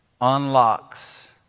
unlocks